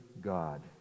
God